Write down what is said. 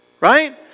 right